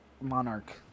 Monarch